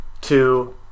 two